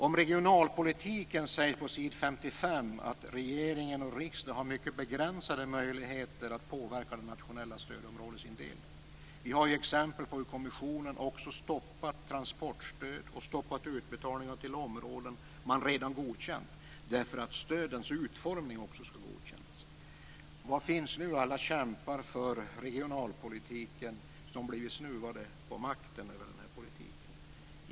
Om regionalpolitiken sägs på s. 55 att regering och riksdag har mycket begränsade möjligheter att påverka den nationella stödområdesindelningen. Vi har också exempel på hur kommissionen stoppat transportstöd och utbetalningar till områden man redan godkänt därför att också stödens utformning skulle godkännas. Var finns nu alla förkämpar för regionalpolitiken, som blivit snuvade på makten över denna politik?